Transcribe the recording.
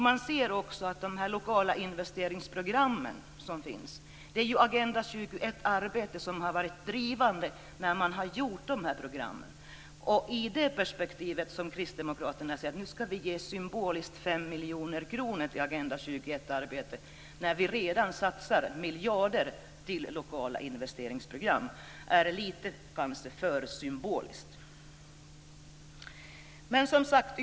Man ser också att det är Agenda 21-arbetet som varit drivande när man gjort de lokala investeringsprogrammen. När Kristdemokraterna säger att vi nu ska ge symboliskt 5 miljoner kronor till Agenda 21 arbetet, när vi redan satsar miljarder på lokala investeringsprogram, är det i det perspektivet kanske lite för symboliskt.